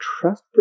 trust